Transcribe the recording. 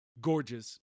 gorgeous